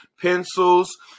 pencils